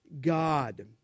God